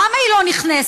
למה היא לא נכנסת?